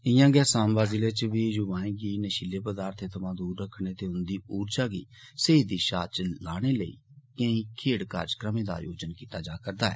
ईया गै सांबा जिले च बी युवाएं गी नशीलें पदार्थें थमां दूर रक्खने ते उन्दी ऊर्जा गी स्हेई दिशा च लाने लेई केई खेड्ढ कार्यक्रमें दा आयोजन कीता जा'रदा ऐ